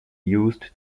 used